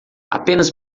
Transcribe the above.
apenas